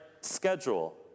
schedule